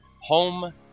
home